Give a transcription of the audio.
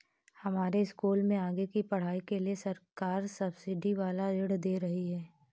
हमारे स्कूल में आगे की पढ़ाई के लिए सरकार सब्सिडी वाला ऋण दे रही है